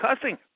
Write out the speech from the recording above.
cussing